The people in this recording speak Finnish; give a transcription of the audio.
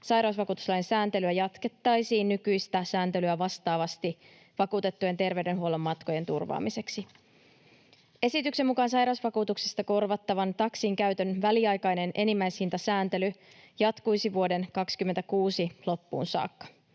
sairausvakuutuslain sääntelyä jatkettaisiin nykyistä sääntelyä vastaavasti vakuutettujen terveydenhuollon matkojen turvaamiseksi. Esityksen mukaan sairausvakuutuksesta korvattavan taksin käytön väliaikainen enimmäishintasääntely jatkuisi vuoden 26 loppuun saakka.